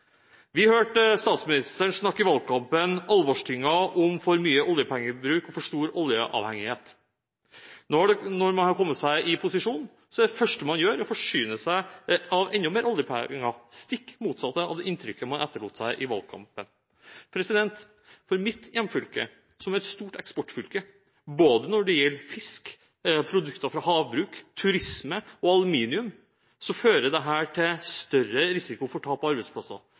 valgkampen hørte vi statsministeren snakke alvorstynget om for mye oljepengebruk og for stor oljeavhengighet. Når man har kommet i posisjon, er det første man gjør, å forsyne seg av enda mer oljepenger, stikk i strid med det inntrykket man etterlot seg i valgkampen. For mitt hjemfylke, som er et stort eksportfylke når det gjelder både fisk, produkter fra havbruk, turisme og aluminium, fører dette til større risiko for tap av arbeidsplasser,